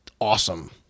awesome